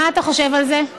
מה אתה חושב על זה?